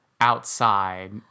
outside